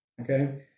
okay